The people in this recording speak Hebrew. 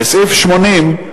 לסעיף 80,